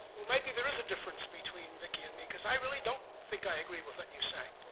well, maybe there is a difference between viki and me, because i really don't think i agree with what you say.